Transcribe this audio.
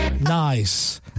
Nice